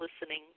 listening